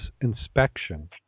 inspection